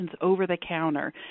over-the-counter